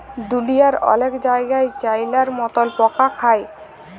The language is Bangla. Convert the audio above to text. দুঁলিয়ার অলেক জায়গাই চাইলার মতল পকা খায়